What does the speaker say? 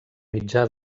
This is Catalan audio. mitjà